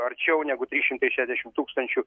arčiau negu trys šimtai šešiasdešim tūkstančių